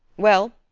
well,